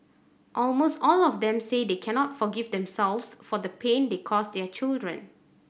almost all of them say they cannot forgive themselves for the pain they cause their children